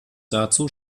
dazu